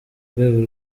rwego